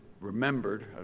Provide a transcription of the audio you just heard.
remembered